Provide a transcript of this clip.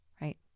right